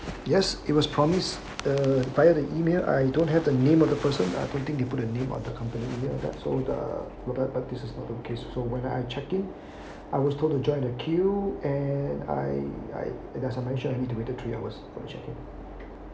yes it was promise uh via the email I don't have the name of the person I don't think they put the name on the company email ya so the but uh but this is not the case so when I check in I was told to join the queue and I I as I've mention I need to wait three hours for the check in